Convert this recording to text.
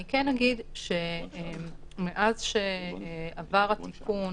אני כן אגיד שמאז שעבר התיקון